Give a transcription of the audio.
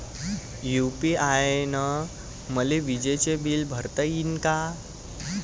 UPI न मले विजेचं बिल भरता यीन का?